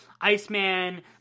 Iceman